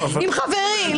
עם חברי,